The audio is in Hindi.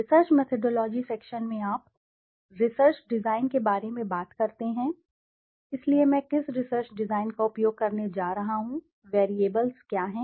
रिसर्च मेथडोलॉजी सेक्शन में आप रिसर्च डिज़ाइन के बारे में बात करते हैं इसलिए मैं किस रिसर्च डिज़ाइन का उपयोग करने जा रहा हूँ चर क्या हैं